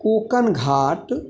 Konkan Ghat